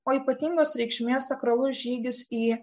o ypatingos reikšmės sakralus žygis į